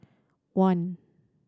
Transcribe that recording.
one